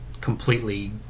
completely